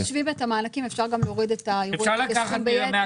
אם משווים את המענקים אז אפשר גם להוריד את יראו את הסכום ביתר,